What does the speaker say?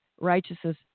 righteousness